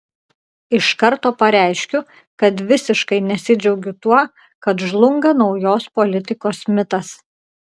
iš karto pareiškiu kad visiškai nesidžiaugiu tuo kad žlunga naujos politikos mitas